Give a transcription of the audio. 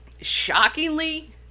shockingly